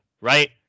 right